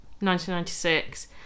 1996